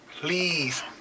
Please